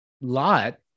lot